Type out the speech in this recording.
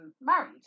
married